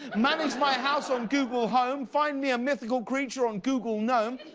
manage my house on google home, find me a mythical creature on google gnome.